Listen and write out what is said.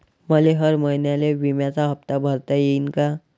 मले हर महिन्याले बिम्याचा हप्ता भरता येईन का?